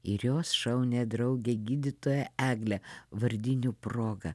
ir jos šaunią draugę gydytoją eglę vardinių proga